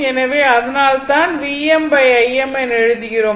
எனவே அதனால்தான் Vm Im என எழுதுகிறோம்